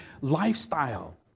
lifestyle